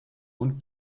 und